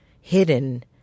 hidden